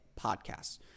podcasts